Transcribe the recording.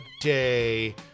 day